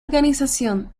organización